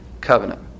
covenant